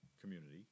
community